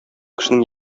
кешенең